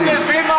אתה מבין?